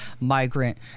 migrant